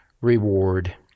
reward